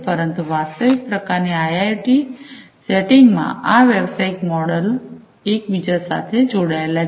પરંતુ વાસ્તવિક પ્રકારની આઈઆઈઑટી સેટિંગમાં આ વ્યવસાયિક મોડેલો એકબીજા સાથે જોડાયેલા છે